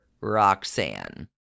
Roxanne